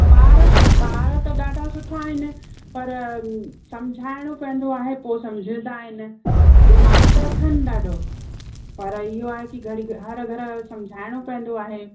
ॿार ॿार त ॾाढा सुठा आहिनि पर सम्झाइणो पवंदो आहे पोइ सम्झंदा आहिनि दीमाग़ु त अथन ॾाढो पर इहो आहे के घड़ी घ हर घड़ सम्झाएणो पवंदो आहे